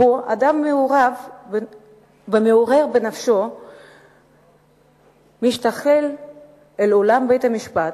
שבו אדם מעורער בנפשו משתחל אל אולם בית-המשפט,